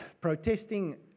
protesting